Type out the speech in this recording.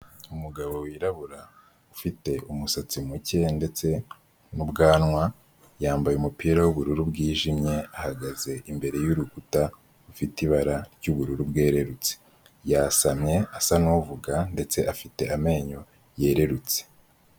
Umugabo wirabura ufite umusatsi muke ndetse n'ubwanwa yambaye umupira w'ubururu bwijimye, ahagaze imbere y'urukuta rufite ibara ry'ubururu bwerurutse. Yasamye asa n'uvuga ndetse afite amenyo yererutse.